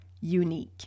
unique